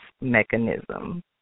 mechanism